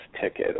ticket